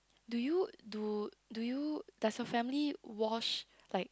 do you do do you does your family wash like